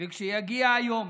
וכשיגיע היום